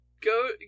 Go